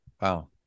Wow